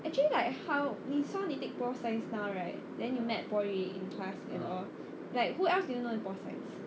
actually like how 你说你 take pure science now right then you meet bo yun in class and all like who else you know in pure science